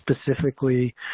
specifically